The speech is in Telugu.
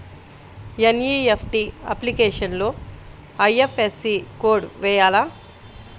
ఎన్.ఈ.ఎఫ్.టీ అప్లికేషన్లో ఐ.ఎఫ్.ఎస్.సి కోడ్ వేయాలా?